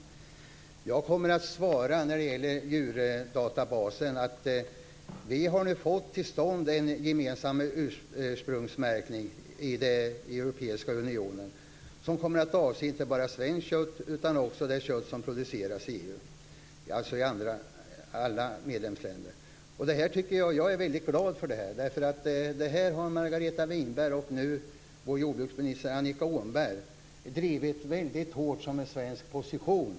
När det gäller djurdatabasen kommer jag att svara att vi nu har fått till stånd en gemensam ursprungsmärkning i Europeiska unionen. Den kommer att avse inte bara svenskt kött utan det kött som produceras i alla medlemsländer. Jag är mycket glad för det här. Detta har Margareta Winberg och nu vår jordbruksminister Annika Åhnberg drivit mycket hårt i EU som en svensk position.